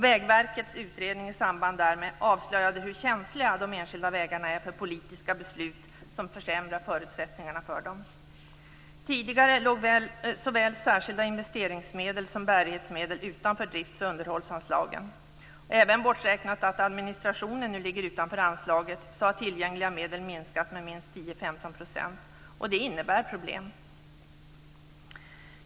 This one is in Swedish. Vägverkets utredning i samband därmed avslöjade hur känsliga de enskilda vägarna är för politiska beslut som försämrar förutsättningarna för dem. Tidigare låg såväl särskilda investeringsmedel som bärighetsmedel utanför drifts och underhållsanslagen. Även borträknat att administrationen nu ligger utanför anslaget har tillgängliga medel minskat med minst 10-15 %, och det innebär problem.